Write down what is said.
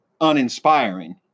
uninspiring